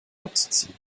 abzuziehen